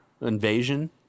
invasion